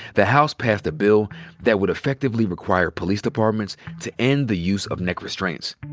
the house passed a bill that would effectively require police departments to end the use of neck restraints.